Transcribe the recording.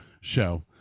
show